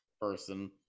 person